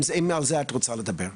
אם על זה את רוצה לדבר.